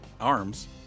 arms